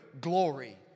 glory